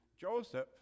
Joseph